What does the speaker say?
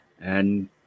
And-